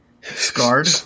scarred